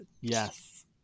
yes